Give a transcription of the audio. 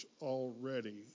already